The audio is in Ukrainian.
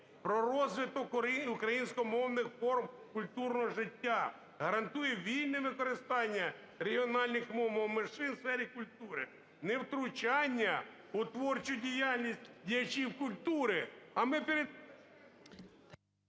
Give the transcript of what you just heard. про розвиток українськомовних форм культурного життя, гарантує вільне використання регіональних мов або мов меншин у сфері культури, невтручання у творчу діяльність діячів культури".